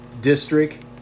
district